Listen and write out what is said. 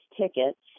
tickets